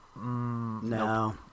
No